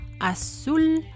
azul